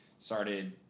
Started